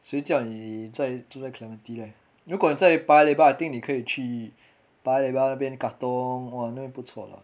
谁叫你在住在 clementi leh 如果你住在 paya lebar I think 你可以去 paya lebar 那边 katong !wah! 那边不错 leh